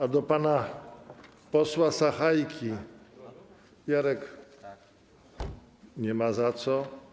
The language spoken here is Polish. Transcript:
A do pana posła Sachajki: Jarek, nie ma za co.